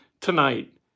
tonight